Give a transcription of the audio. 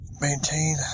Maintain